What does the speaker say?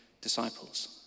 disciples